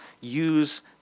use